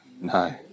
No